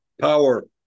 power